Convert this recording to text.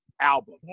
album